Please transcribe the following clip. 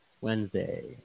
Wednesday